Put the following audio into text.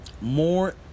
more